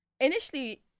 initially